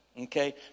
Okay